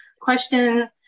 question